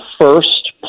first